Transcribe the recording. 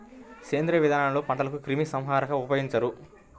సేంద్రీయ విధానంలో పంటలకు క్రిమి సంహారకాలను ఉపయోగించరు